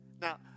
Now